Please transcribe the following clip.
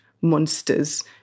monsters